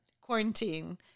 quarantine